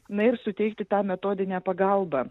na ir suteikti tą metodinę pagalbą